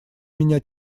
меня